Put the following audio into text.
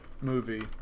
movie